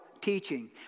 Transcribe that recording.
teaching